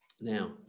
Now